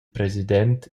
president